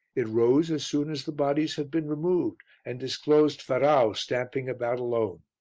it rose as soon as the bodies had been removed and disclosed ferrau stamping about alone.